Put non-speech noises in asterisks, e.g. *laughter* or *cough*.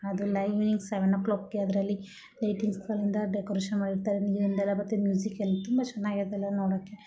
ಅದು *unintelligible* ಸೆವೆನ್ ಒ ಕ್ಲಾಕ್ಗೆ ಅದರಲ್ಲಿ ಲೈಟಿಂಗ್ಸ್ಗಳಿಂದ ಡೆಕೊರೇಶನ್ ಮಾಡಿರ್ತಾರೆ ನೀರಿಂದೆಲ್ಲ ಮತ್ತೆ ಮ್ಯೂಸಿಕ್ ಎಲ್ಲ ತುಂಬ ಚೆನ್ನಾಗಿರುತ್ತೆ ಎಲ್ಲ ನೋಡೋಕ್ಕೆ